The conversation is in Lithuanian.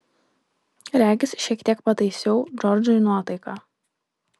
regis šiek tiek pataisiau džordžui nuotaiką